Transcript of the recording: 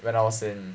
when I was in